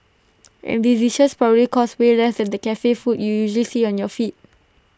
and these dishes probably cost way less than the Cafe food you usually see on your feed